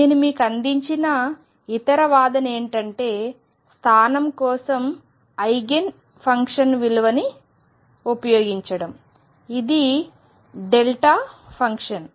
నేను మీకు అందించిన ఇతర వాదన ఏమిటంటే స్థానం కోసం ఐగెన్ ఫంక్షన్ని ఉపయోగించడం ఇది δ ఫంక్షన్